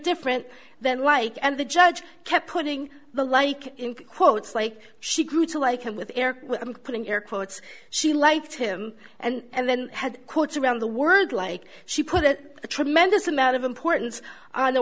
different than like and the judge kept putting the like in quotes like she grew to like him with putting your quotes she liked him and then had quotes around the word like she put a tremendous amount of importance on